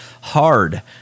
hard